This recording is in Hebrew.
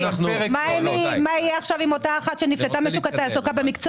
מה יהיה עכשיו עם אתה אחת שנפלטה משוק התעסוקה במקצוע